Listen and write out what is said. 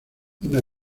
vía